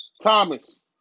Thomas